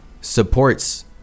supports